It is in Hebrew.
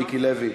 מיקי לוי,